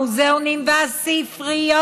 המוזיאונים והספריות.